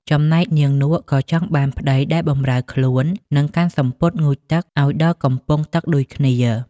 ចំណែក នាងនក់ ក៏ចង់បានប្តីដែលបម្រើខ្លួន និងកាន់សំពត់ងូតទឹកឱ្យដល់កំពង់ទឹកដូចគ្នា ។